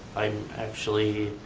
i'm actually